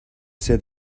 said